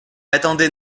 attendait